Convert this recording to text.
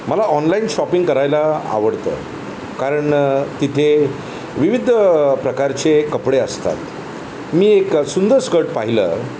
मला online shopping करायला आवडतं कारण तिथे विविध प्रकारचे कपडे असतात मी एक सुंदर स्कर्ट पाहिलं